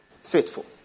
faithful